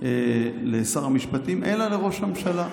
לשר המשפטים אלא לראש הממשלה,